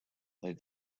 they